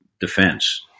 defense